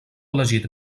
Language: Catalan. elegit